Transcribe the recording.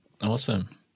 Awesome